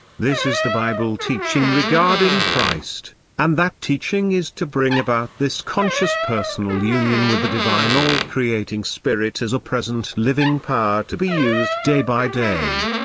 this is the bible teaching regarding christ and that teaching is to bring about this conscious personal union with the divine all-creating spirit as a present living power to be used day by day.